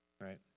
right